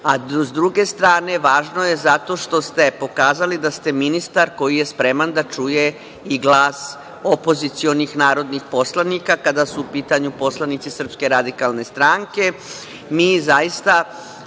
S druge strane važno je zato što ste pokazali da se ministar koji je spreman da čuje i glas opozicionih narodnih poslanika, kada su u pitanju poslanici SRS.Mi možemo bez imalo